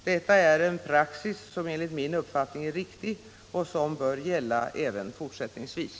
Detta är en praxis som enligt min uppfattning är riktig och som bör gälla även fortsättningsvis.